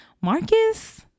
Marcus